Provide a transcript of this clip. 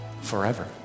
Forever